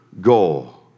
goal